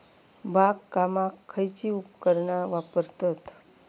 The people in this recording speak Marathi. बागकामाक खयची उपकरणा वापरतत?